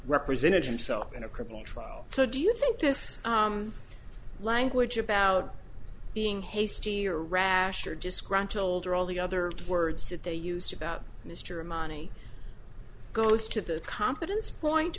represented himself in a criminal trial so do you think this language about being hasty or rash or disgruntled or all the other words that they used about mr money goes to the competence point